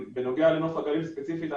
בנוגע לנוף הגליל ספציפית,